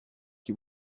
que